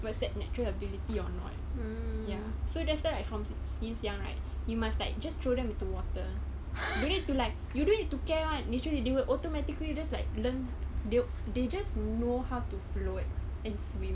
what's that natural ability or not ya so that's why like from since young right you must like just throw them into water they need to like you don't need to care one literally they will automatically just like learn they'll they just know how to float and swim